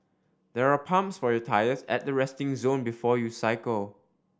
there are pumps for your tyres at the resting zone before you cycle